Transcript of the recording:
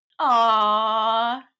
Aww